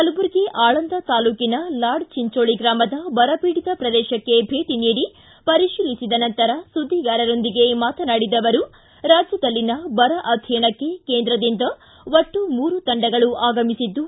ಕಲಬರ್ಗಿ ಆಳಂದ ತಾಲೂಕಿನ ಲಾಡ್ ಚಿಂಚೋಳಿ ಗ್ರಾಮದ ಬರಪೀಡಿತ ಪ್ರದೇಶಕ್ಕೆ ಭೇಟಿ ನೀಡಿ ಪರೀತಿಲಿಸಿದ ನಂತರ ಸುದ್ದಿಗಾರರೊಂದಿಗೆ ಮಾತನಾಡಿದ ಅವರು ರಾಜ್ಜದಲ್ಲಿನ ಬರ ಅಧ್ವಯನಕ್ಕೆ ಕೇಂದ್ರದಿಂದ ಒಟ್ಟು ಮೂರು ತಂಡಗಳು ಆಗಮಿಸಿದ್ದು